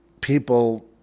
people